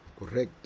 correcto